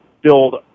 build